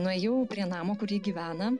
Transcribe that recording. nuėjau prie namo kur ji gyvena